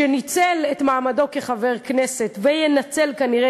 שניצל את מעמדו כחבר הכנסת וינצל כנראה